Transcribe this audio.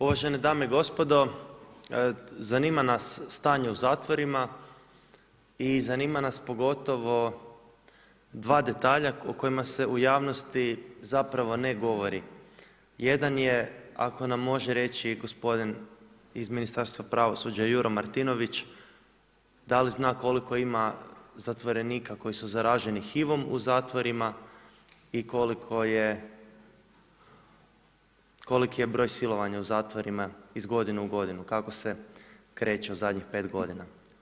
Uvažene dame i gospodo, zanima nas stanje u zatvorima i zanima nas pogotovo 2 detalja o kojima se u javnosti zapravo ne govori, jedan je, ako nam može reći gospodin iz Ministarstva pravosuđa, Juro Marinović, da li zna koliko ima zatvorenika koji su zaraženi HIV-om u zatvorima i koliki je broj silovanja u zatvorima, iz godinu u godina, kako se kreću u zadnjih 5 g.